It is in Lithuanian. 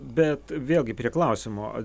bet vėlgi prie klausimo